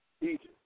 Egypt